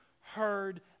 heard